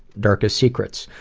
darkest secrets?